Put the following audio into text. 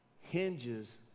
hinges